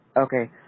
Okay